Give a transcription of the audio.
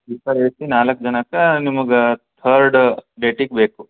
sleeper A C ನಾಲ್ಕು ಜನಕ್ಕೆ ನಿಮಗೆ ಥರ್ಡ್ ಡೇಟಿಗೆ ಬೇಕು